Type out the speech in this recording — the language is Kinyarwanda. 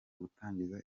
gutangiza